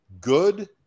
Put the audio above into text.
good